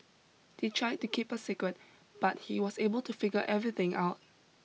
they tried to keep a secret but he was able to figure everything out